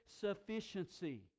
sufficiency